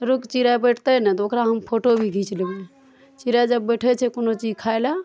रुप चिड़ै बैठतै ने तऽ ओकरा हम फोटो भी घीच लेबै चिड़ै जब बैठै छै कोनो चीज खाय लए